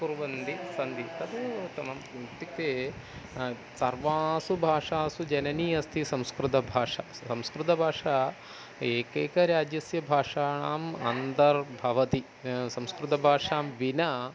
कुर्वन्ति सन्ति तदेव उत्तमम् इत्युक्ते सर्वासु भाषासु जननी अस्ति संस्कृतभाषा संस्कृतभाषा एकैकराज्यस्य भाषाणाम् अन्तर्भवति संस्कृतभाषां विना